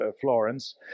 Florence